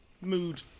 mood